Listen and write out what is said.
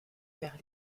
vers